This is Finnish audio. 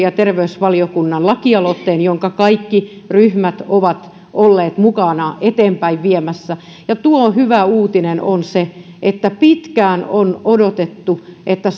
ja terveysvaliokunnan lakialoitteen jota kaikki ryhmät ovat olleet mukana eteenpäinviemässä ja tuo hyvä uutinen on se että pitkään on odotettu että